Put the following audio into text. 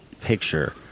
picture